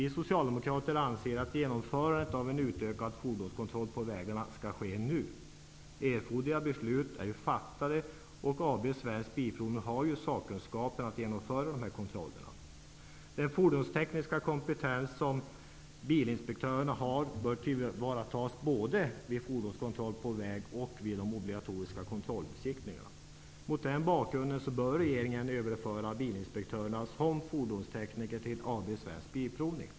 Vi socialdemokrater anser att genomförandet av en utökad fordonskontroll på vägarna skall ske nu. Erforderliga beslut är ju fattade, och AB Svensk Bilprovning har sakkunskap att genomföra dessa kontroller. Den fordonstekniska kompetens som bilinspektörerna har bör tillvaratas både vid fordonskontroll på väg och vid de obligatoriska kontrollbesiktningarna. Mot den bakgrunden bör regeringen överföra bilinspektörerna som fordonstekniker till AB Svensk Bilprovning.